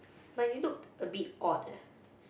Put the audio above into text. but it looked a bit odd eh